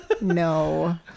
No